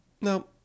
No